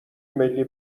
ملی